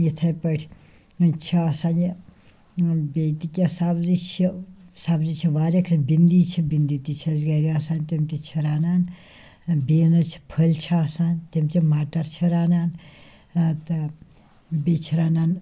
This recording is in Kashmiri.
یِتھٕے پٲٹھۍ چھِ آسان یہِ بیٚیہِ تہِ کیٚنٛہہ سبزی چھِ سبزی چھِ واریاہ کیٚنٛہہ بِنٛڈی چھِ بِنٛڈی تہِ چھِ اَسہِ گَرِ آسان تِم تہِ چھِ رَنان بیٖنٕز چھِ پھٔلۍ چھِ آسان تِم چھِ مَٹر چھِ رَنان تہٕ بیٚیہِ چھِ رَنان